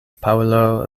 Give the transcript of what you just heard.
paŭlo